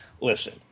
listen